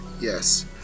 Yes